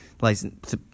license